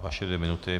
Vaše dvě minuty.